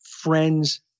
friends